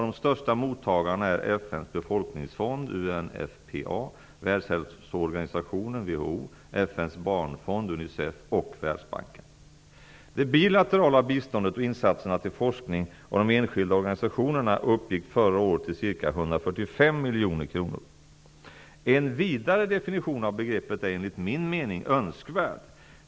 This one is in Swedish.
De största mottagarna är FN:s befolkningsfond UNSPA, Det bilaterala biståndet och insatserna till forskning och de enskilda organisationerna uppgick förra året till ca 145 miljoner kronor. En vidare definition av begreppet är enligt min mening önskvärd.